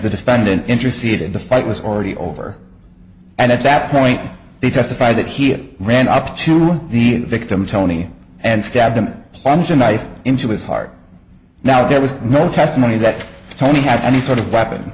the defendant interceded the fight was already over and at that point he testified that he ran up to the victim tony and stabbed him plunge a knife into his heart now there was no testimony that tony had any sort of weapon